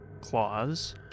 claws